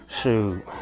Shoot